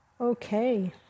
okay